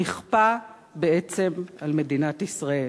נכפו בעצם על מדינת ישראל.